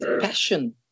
passion